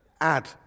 add